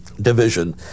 division